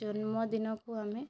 ଜନ୍ମ ଦିନ କୁ ଆମେ